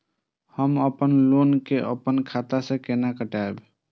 हम अपन लोन के अपन खाता से केना कटायब?